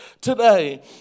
today